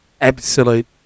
Absolute